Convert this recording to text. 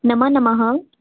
नमों नमः